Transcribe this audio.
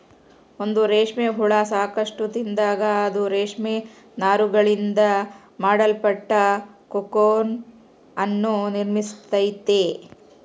ಒಂದು ರೇಷ್ಮೆ ಹುಳ ಸಾಕಷ್ಟು ತಿಂದಾಗ, ಅದು ರೇಷ್ಮೆ ನಾರುಗಳಿಂದ ಮಾಡಲ್ಪಟ್ಟ ಕೋಕೂನ್ ಅನ್ನು ನಿರ್ಮಿಸ್ತೈತೆ